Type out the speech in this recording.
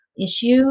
issue